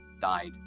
died